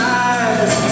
eyes